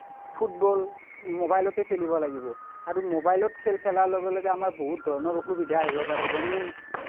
football মোবাইলতে খেলিব লাগিব আৰু মোবাইলত খেল খেলাৰ লগে লগে আমাৰ বহুত ধৰণৰ অসুবিধা আহিব পাৰে যেনে